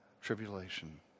tribulation